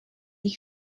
ich